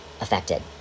affected